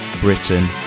Britain